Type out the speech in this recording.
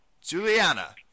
Juliana